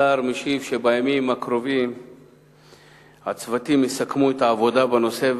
והשר משיב שבימים הקרובים הצוותים יסכמו את העבודה בנושא,